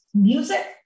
music